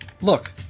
look